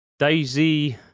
Daisy